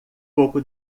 pouco